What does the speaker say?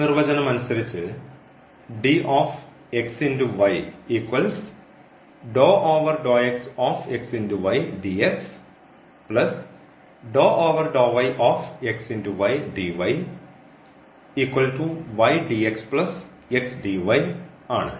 നിർവചനം അനുസരിച്ച് ആണ്